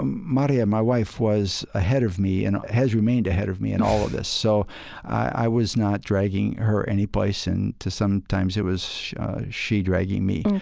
um marja, my wife, was ahead of me and has remained ahead of me in all of this. so i was not dragging her anyplace, and sometimes it was she dragging me.